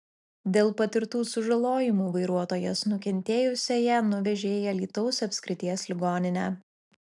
dėl patirtų sužalojimų vairuotojas nukentėjusiąją nuvežė į alytaus apskrities ligoninę